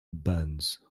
buns